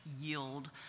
yield